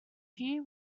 here